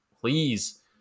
please